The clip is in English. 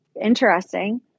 interesting